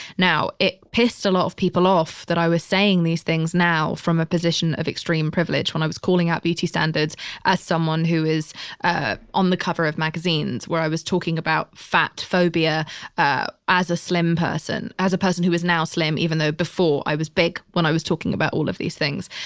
now it pissed a lot of people off that i was saying these things now from a position of extreme privilege when i was calling out beauty standards as someone who is on the cover of magazines where i was talking about fat phobia as a slim person, as a person who is now slim, even though before i was big, when i was talking about all of these things.